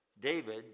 David